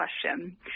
question